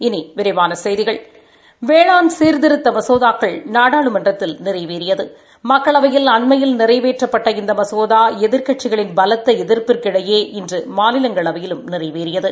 இனி விரிவான செய்திகள் வேளாண் சீர்திருத்த மசோதாக்கள் நாடாளுமன்றத்தில் நிறைவேறியது மக்களவையில் அண்மையில் நிறைவேற்றப்பட்ட இந்த மகோதா இன்று எதிர்க்கட்சிகளின் பலத்த எதிர்ப்புகளுக்கு இடையே இன்று மாநிலங்களவையிலும் நிறைவேறியது